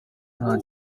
nta